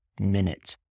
minute